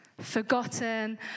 Forgotten